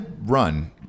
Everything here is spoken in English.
run